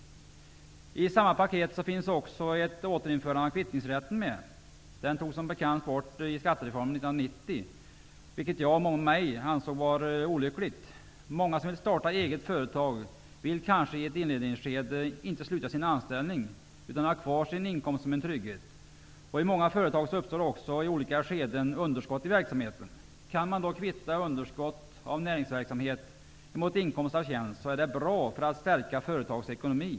I samma paket ingår också ett återinförande av kvittningsrätten. Den togs som bekant bort i samband med skattereformen 1990, vilket jag och många med mig anser var olyckligt. Många som vill starta eget företag vill kanske inte i ett inledningsskede säga upp sin anställning, utan de vill ha kvar sin inkomst som en trygghet. I många företag uppstår också i olika skeden underskott i verksamheten. Kan man då kvitta underskott av näringsverksamhet mot inkomst av tjänst är detta ett bra sätt att stärka företagets ekonomi.